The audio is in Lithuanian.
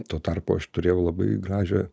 tuo tarpu aš turėjau labai gražią